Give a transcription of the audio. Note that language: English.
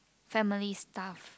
family stuff